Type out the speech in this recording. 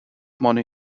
money